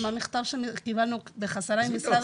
במכתב שקיבלנו בחזרה ממשרד